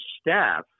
staff